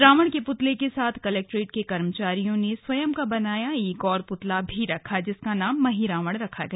रावण के पुतले के साथ कलक्ट्रेट के कर्मचारियों ने स्वयं का बनाया एक और पुतला भी रखा जिसका नाम महिरावण रखा गया